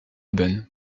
bonne